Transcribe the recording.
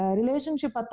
relationship